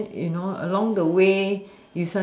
then you know along the way